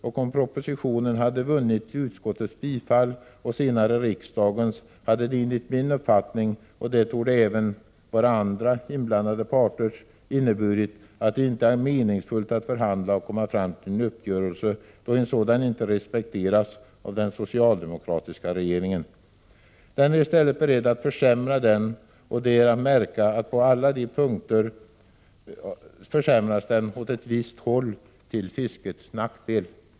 Om propositionen hade vunnit utskottets och senare riksdagens bifall, skulle det enligt min uppfattning — och den torde även vara andra inblandade parters — ha inneburit att det inte är meningsfullt att förhandla och komma fram till en uppgörelse, då en sådan inte respekteras av den socialdemokratiska regeringen. Denna är i stället beredd att försämra uppgörelsen, och det är att märka att den på alla punkter försämras åt ett håll: till fiskets nackdel.